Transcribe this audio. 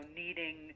needing